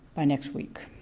ah next week